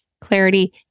clarity